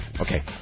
Okay